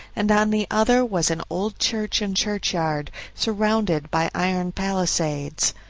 and on the other was an old church and churchyard, surrounded by iron palisades.